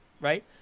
right